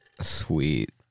Sweet